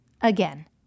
again